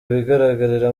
bigaragarira